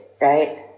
right